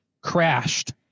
crashed